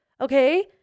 Okay